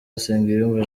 nsengiyumva